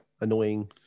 annoying